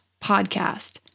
podcast